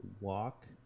walk